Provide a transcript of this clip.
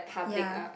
ya